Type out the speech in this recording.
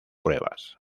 pruebas